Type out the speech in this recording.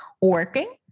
working